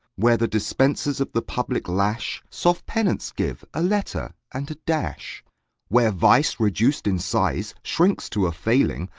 where the dispensers of the public lash soft penance give a letter and a dash where vice reduced in size shrinks to a failing,